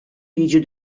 jiġu